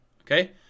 Okay